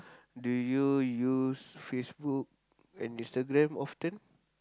do you use Facebook and Instagram often